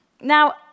Now